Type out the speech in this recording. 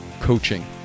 coaching